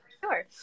sure